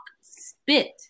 spit